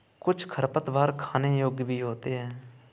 कुछ खरपतवार खाने योग्य भी होते हैं